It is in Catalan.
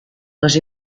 les